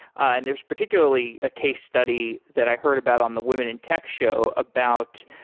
and there's particularly a case study that i heard about on the women in tech show about,